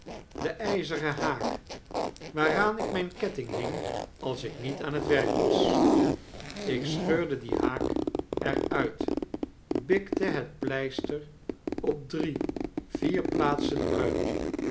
den yzeren haak waaraan ik myn ketting hing als ik niet aan het werk was ik scheurde dien haak er uit bikte het pleister op drie vier plaatsen uit